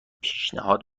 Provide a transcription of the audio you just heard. پیشنهاد